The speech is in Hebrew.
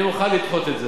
אני מוכן לדחות את זה.